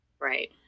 Right